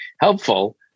helpful